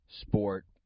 Sport